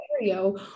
scenario